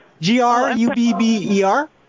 g-r-u-b-b-e-r